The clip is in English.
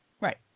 Right